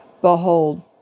behold